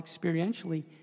experientially